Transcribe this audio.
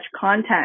content